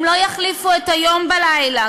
הם לא יחליפו את היום בלילה,